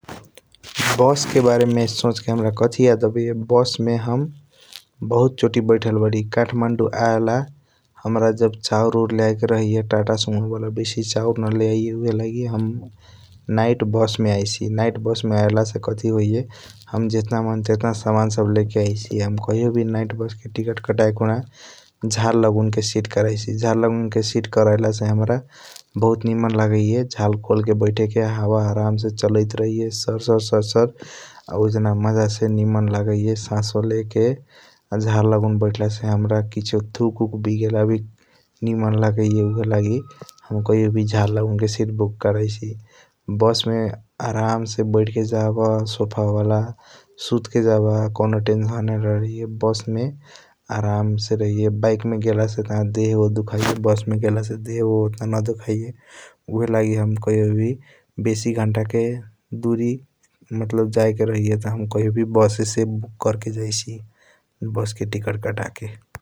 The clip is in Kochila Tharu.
बस के बरेमे सोच के हाम्रा कथी याद आबाइया बस मे हम बहुत चोटी बैठाल बारी काठमाडौं आयल हाम्रा चाउर ओउर लियाके रहैया टाटा सूमो वाला बेसी चाउर नलेआइया उहएलागि हम नाइट बस मे आईसी । नाइट बस मे आयला से कथी होइया हम जटना मन टेटीना सामन सब लेके आईसी हम कहियों वी नाइट बस के टिकट काट्य खुना झाल लागून के शीट करैसी । झाल लागून के शीट करायला से हाम्रा बहुत निमन लगिया झाल खोल के बैठे के हवा आराम से चलाइट रहैया सर सर सर सर आ उजान मज़ा से निमन लागैया सस्स लेके । आ झाल लागून बैठाला से हाम्रा किसियों थूक ऊक बीगेल वी निमन लागैया ऊहएलगी हम कहियों वी झाल लागून के शीट बुक करैसी । बसमे आराम से बैठ के जब सोफ़ा वाला सूत के जब कॉनो टेंशन न रहैया बस मे आराम से रहैया बाइक गेला से देह ओह दुखाइया बस मे गेला से ओटन देह न दुखाइया । ऊहएलगी हम कहियों वी बेसी घंटा के दूरी मतलब जायके रहिया त हम कहियों वी बस से बुक कर के जैसी बस के टिकट कट के ।